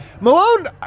Malone